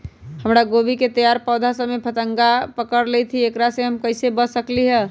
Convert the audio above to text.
हमर गोभी के तैयार पौधा सब में फतंगा पकड़ लेई थई एकरा से हम कईसे बच सकली है?